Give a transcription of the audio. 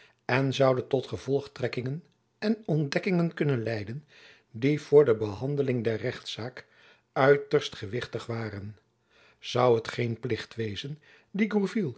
en zoude tot gevolgtrekkingen en ontdekkingen kunnen leiden die voor de behandeling der rechtszaak uiterst gewichtig waren zoû het geen plicht wezen dien